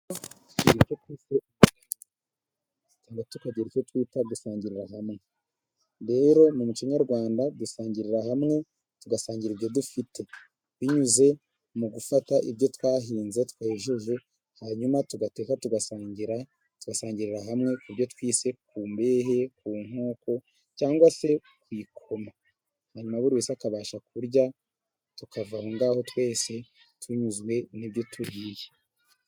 Tugira icyo twita gusangirira hamwe, rero mu muco nyarwanda dusangirira hamwe, tugasangira ibyo dufite binyuze mu gufata ibyo twahinze twejeje hanyuma tugateka tugasangira, tugasangirira hamwe ku byo twise imbehe, ku nkoko, cyangwa se ku ikoma hanyuma na buri wese akabasha kurya tukava aho ngaho twese tunyuzwe n'ibyo turiye.